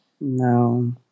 No